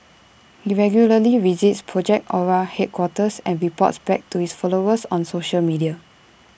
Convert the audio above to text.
he regularly visits project Ara headquarters and reports back to his followers on social media